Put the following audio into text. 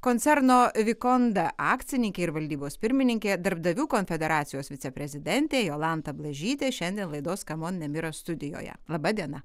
koncerno vikonda akcininkė ir valdybos pirmininkė darbdavių konfederacijos viceprezidentė jolanta blažytė šiandien laidos cmon nemira studijoje laba diena